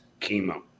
chemo